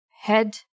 head